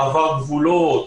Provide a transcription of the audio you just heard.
מעבר גבולות?